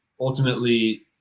ultimately